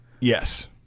Yes